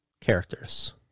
characters